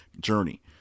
journey